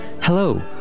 Hello